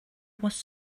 was